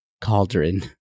cauldron